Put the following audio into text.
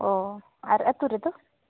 ᱚ ᱟᱨ ᱟᱹᱛᱩ ᱨᱮᱫᱚ